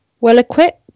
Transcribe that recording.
well-equipped